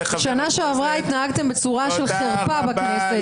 בשנה שעברה התנהגתם בצורה של חרפה בכנסת,